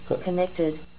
Connected